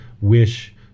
wish